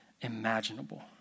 imaginable